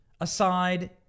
aside